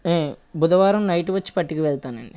బుధవారం నైట్ వచ్చి పట్టుకవెళ్తానండి